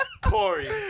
Corey